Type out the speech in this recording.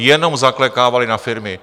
Jenom zaklekávali na firmy.